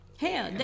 Hell